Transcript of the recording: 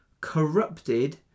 corrupted